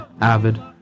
avid